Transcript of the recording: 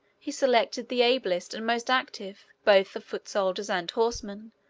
he selected the ablest and most active, both of foot soldiers and horsemen,